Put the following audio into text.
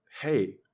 hey